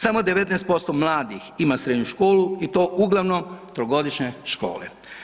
Samo 19% mladih ima srednju školu i to uglavnom trogodišnje škole.